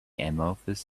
amorphous